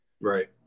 Right